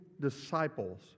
disciples